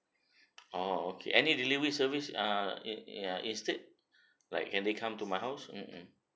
orh okay any delivery service uh in~ ya instead like can they come to my house mm mm